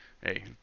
hey